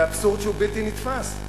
זה אבסורד בלתי נתפס.